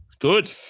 Good